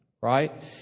right